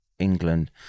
England